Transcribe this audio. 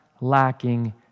lacking